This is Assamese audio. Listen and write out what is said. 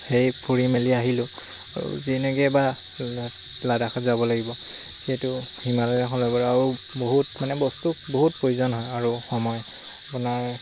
সেই ফুৰি মেলি আহিলোঁ আৰু যি নেকি এবাৰ লাদাখত যাব লাগিব যিহেতু হিমালয়াখন আৰু বহুত মানে বস্তু বহুত প্ৰয়োজন হয় আৰু সময় আপোনাৰ